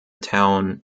town